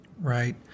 Right